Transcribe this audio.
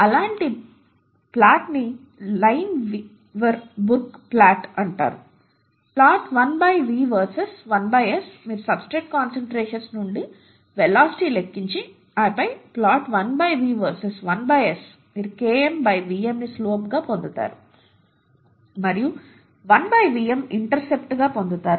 అలాంటి ప్లాట్ని Lineweaver Burk plot అంటారు ప్లాట్ 1 V వర్సెస్ 1 S మీరు సబ్స్ట్రేట్ కాన్సన్ట్రేషన్స్ నుండి వెలాసిటీ లెక్కించి ఆపై ప్లాట్ 1 V వర్సెస్ 1 S మీరు Km Vm ని స్లోప్ గా పొందుతారు మరియు 1 Vm ఇంటర్సెప్ట్గా పొందుతారు